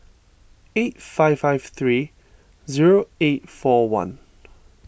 eight five five three zero eight four one